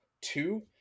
Two